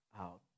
out